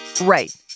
Right